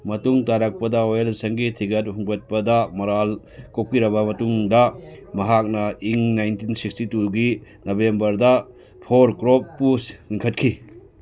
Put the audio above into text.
ꯃꯇꯨꯡ ꯇꯥꯔꯛꯄꯗ ꯋꯥꯌꯦꯜꯁꯪꯒꯤ ꯊꯤꯒꯠ ꯍꯨꯝꯒꯠꯄꯗ ꯃꯔꯥꯜ ꯀꯣꯛꯄꯤꯔꯕ ꯃꯇꯨꯡꯗ ꯃꯍꯥꯛꯅ ꯏꯪ ꯅꯥꯏꯟꯇꯤꯟ ꯁꯤꯛꯁꯇꯤ ꯇꯨꯒꯤ ꯅꯕꯦꯝꯕꯔꯗ ꯐꯣꯔ ꯀ꯭ꯔꯣꯞꯄꯨ ꯂꯤꯡꯈꯠꯈꯤ